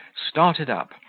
started up,